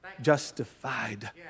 Justified